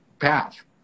path